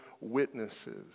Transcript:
witnesses